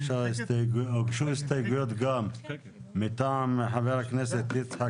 הוגשו הסתייגויות גם מטעם חבר הכנסת יצחק